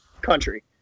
country